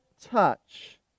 touch